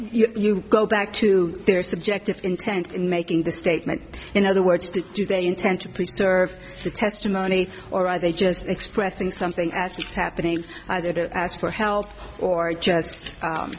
you go back to their subjective intent in making the statement in other words to do they intend to preserve the testimony or are they just expressing something as it's happening either to ask for help or just